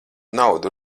naudu